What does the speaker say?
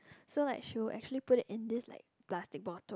so like she would actually put it in this like plastic bottle